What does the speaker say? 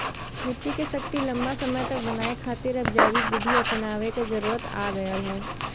मट्टी के शक्ति लंबा समय तक बनाये खातिर अब जैविक विधि अपनावे क जरुरत आ गयल हौ